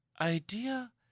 idea